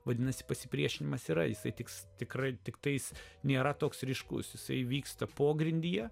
vadinasi pasipriešinimas yra tiks tikrai tiktais nėra toks ryškus jisai vyksta pogrindyje